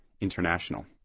International